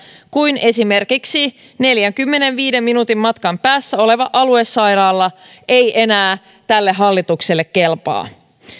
kun esimerkiksi neljänkymmenenviiden minuutin matkan päässä oleva aluesairaala ei enää tälle hallitukselle kelpaa